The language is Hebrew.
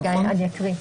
רגע, אני אקריא.